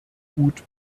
gut